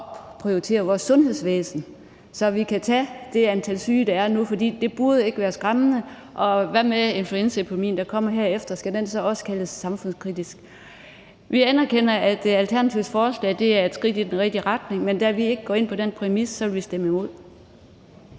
opprioriteret vores sundhedsvæsen, så vi kan tage det antal syge, der er nu, for det burde ikke være skræmmende. Og hvad med influenzaepidemien, der kommer herefter – skal den så også kaldes samfundskritisk? Vi anerkender, at Alternativets forslag er et skridt i den rigtige retning, men da vi ikke går ind på den præmis, vil vi stemme imod.